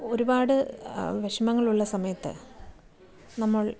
ഒരുപാട് വിഷമങ്ങളുള്ള സമയത്ത് നമ്മൾ